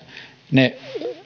ne